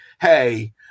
Hey